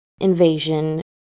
invasion